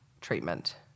treatment